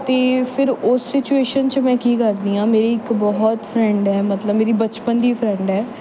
ਅਤੇ ਫਿਰ ਉਸ ਸਿਚੂਏਸ਼ਨ 'ਚ ਮੈਂ ਕੀ ਕਰਦੀ ਹਾਂ ਮੇਰੀ ਇੱਕ ਬਹੁਤ ਫਰੈਂਡ ਹੈ ਮਤਲਬ ਮੇਰੀ ਬਚਪਨ ਦੀ ਫਰੈਂਡ ਹੈ